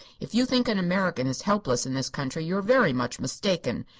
if you think an american is helpless in this country you are very much mistaken.